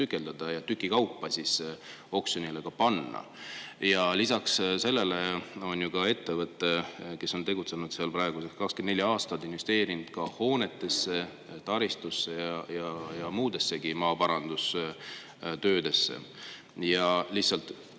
tükeldada ja tüki kaupa oksjonile panna. Lisaks sellele on ettevõte, kes on tegutsenud seal praeguseks 24 aastat, investeerinud hoonetesse, taristusse ja muudessegi maaparandustöödesse. Kui